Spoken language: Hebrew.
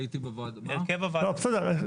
לא, בסדר.